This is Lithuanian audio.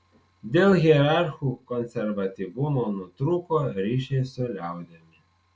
dėl hierarchų konservatyvumo nutrūko ryšiai su liaudimi